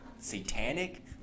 Satanic